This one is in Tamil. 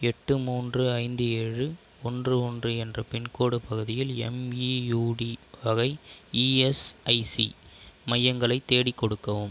எட்டு மூன்று ஐந்து ஏழு ஒன்று ஒன்று என்ற பின்கோடு பகுதியில் எம்இயுடி வகை இஎஸ்ஐசி மையங்களைத் தேடிக் கொடுக்கவும்